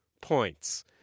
points